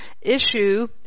issue